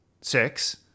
six